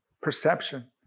perception